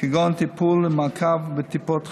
כגון טיפול ומעקב בטיפות חלב,